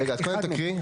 רגע, קודם תקריא.